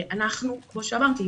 כמו שאמרתי,